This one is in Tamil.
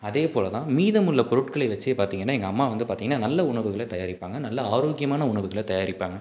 அதே போல் தான் மீதம் உள்ளே பொருட்களை வச்சே பார்த்திங்கன்னா எங்கள் அம்மா வந்து பார்த்திங்கன்னா நல்ல உணவுகளை தயாரிப்பாங்க நல்ல ஆரோக்கியமான உணவுகளை தயாரிப்பாங்க